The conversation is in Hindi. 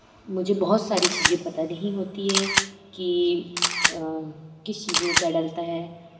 मुझे बहुत सारी चीज़ें पता नहीं होती हैं कि किस चीज़ में क्या डलता है